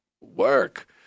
work